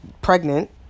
pregnant